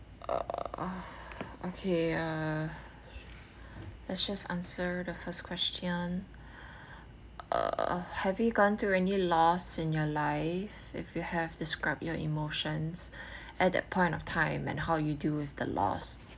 uh ah okay err let's just answer the first question uh have you gone through any loss in your life if you have describe your emotions at that point of time and how you deal with the loss